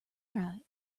right